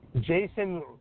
Jason